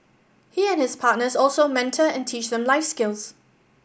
he and his partners also mentor and teach them life skills